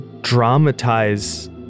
dramatize